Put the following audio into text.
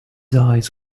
eyes